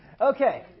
Okay